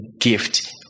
gift